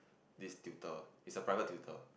this tutor is a private tutor